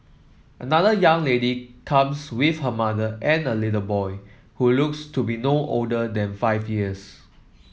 another young lady comes with her mother and a little boy who looks to be no older than five years